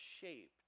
shaped